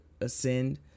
ascend